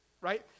right